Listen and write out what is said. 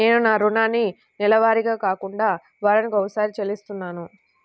నేను నా రుణాన్ని నెలవారీగా కాకుండా వారానికోసారి చెల్లిస్తున్నాను